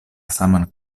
saman